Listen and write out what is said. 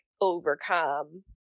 overcome